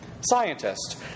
Scientist